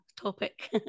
topic